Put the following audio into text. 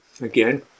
again